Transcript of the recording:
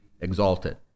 exalted